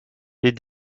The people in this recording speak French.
les